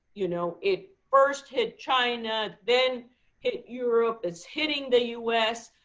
you know it first hit china, then hit europe. it's hitting the us.